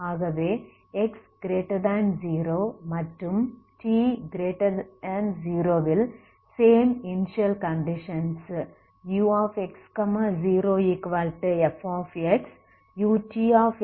ஆகவே x0 மற்றும் t0 ல் same initial conditions ux0f utx0g